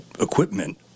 equipment